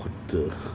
the